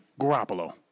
Garoppolo